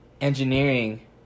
engineering